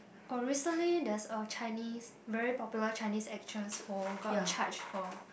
oh recently there's a Chinese very popular Chinese actress who got charged for